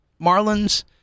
Marlins